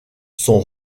sont